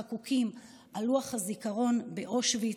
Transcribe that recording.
חקוקים על לוח הזיכרון באושוויץ.